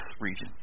region